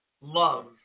love